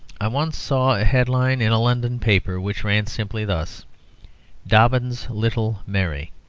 i once saw a headline in a london paper which ran simply thus dobbin's little mary.